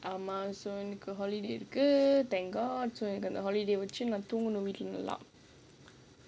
ஆமா எனக்கு:aamaa enakku holiday இருக்கு:irukku thank god so எனக்கு:enakku holiday முடிச்சி தூங்கலாம்:mudichi thoongalaam